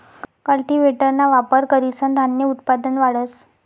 कल्टीव्हेटरना वापर करीसन धान्य उत्पादन वाढस